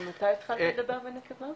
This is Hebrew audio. גם אתה התחלת לדבר בנקבה?